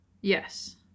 Yes